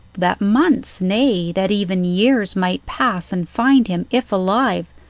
that months, nay, that even years might pass and find him, if alive,